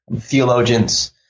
theologians